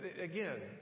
again